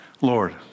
Lord